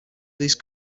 these